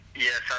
Yes